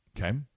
Okay